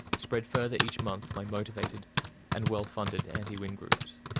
spread further each month by motivated and well-funded anti-wind groups.